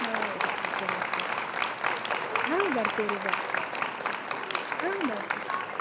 ಹಾಂ it's okay ರೀ ಇರಲಿ ಬಿಡಿರಿ ಹಾಂ ಬರ್ತೀವಿ ರೀ ಬರ್ತೀವಿ ಹಾಂ ಬರ್ತಿವಿ